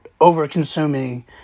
over-consuming